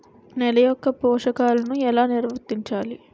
నెల యెక్క పోషకాలను ఎలా నిల్వర్తించాలి